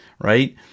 right